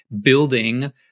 building